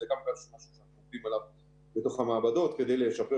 זה גם משהו שאנחנו עובדים עליו בתוך המעבדות כדי לשפר